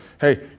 Hey